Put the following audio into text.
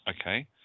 Okay